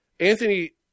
Anthony